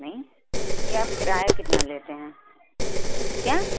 نہیں جی آپ کرایہ کتنا لیتے ہیں کیا